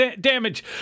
damage